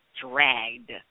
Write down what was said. dragged